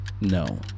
no